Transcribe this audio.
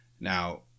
Now